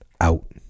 Out